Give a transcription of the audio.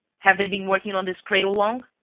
have they been working on this cradle long?